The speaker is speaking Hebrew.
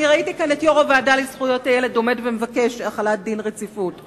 ראיתי את יושב-ראש הוועדה לזכויות הילד עומד ומבקש החלת דין רציפות,